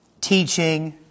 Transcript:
teaching